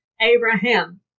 Abraham